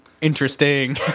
interesting